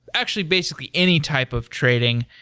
actually, basically, any type of trading,